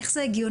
איך זה הגיוני?